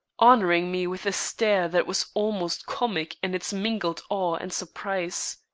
honoring me with a stare that was almost comic in its mingled awe and surprise.